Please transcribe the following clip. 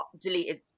deleted